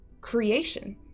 creation